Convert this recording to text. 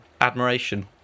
admiration